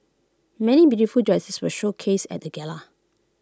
many beautiful dresses were showcased at the gala